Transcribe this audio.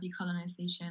decolonization